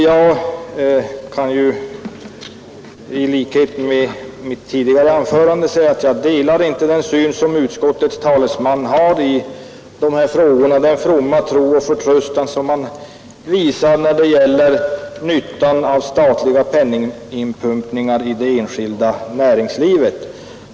Jag kan som i mitt tidigare anförande säga att jag inte delar den syn som utskottets talesman har i dessa frågor, den fromma tro och förtröstan som han visar när det gäller nyttan av statliga penninginpumpningar i det enskilda näringslivet.